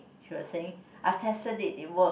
she was saying I've tested it it work